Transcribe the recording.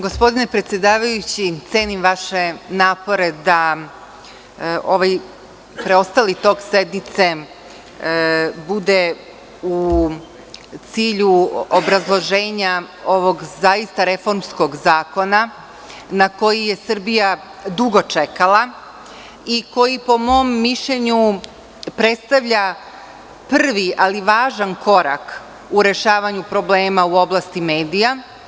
Gospodine predsedavajući, cenim vaše napore da preostali tok sednice bude u cilju obrazloženja ovog zaista reformskog zakona na koji je Srbija dugo čekala i koji, po mom mišljenju, predstavlja prvi ali važan korak u rešavanju problema u oblasti medija.